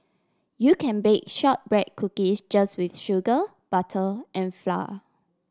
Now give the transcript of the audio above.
you can bake shortbread cookies just with sugar butter and flour